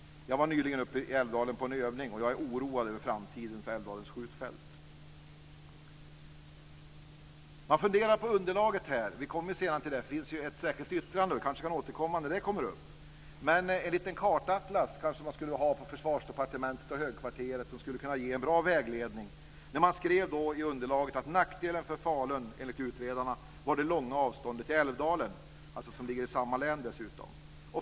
Jag var nyligen i Älvdalen på en övning och jag är oroad över framtiden för Älvdalens skjutfält. Man funderar på underlaget här. Vi kommer senare till det. Det finns ett särskilt yttrande och vi kan kanske återkomma när det kommer upp, men en liten kartatlas kanske man skulle ha på Försvarsdepartementet och i Högkvarteret. Det skulle kunna ge en bra vägledning. Man skrev i underlaget att nackdelen för Falun, enligt utredarna, var det långa avståndet till Älvdalen, som ligger i samma län dessutom.